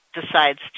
decides